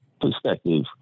perspective